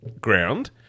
ground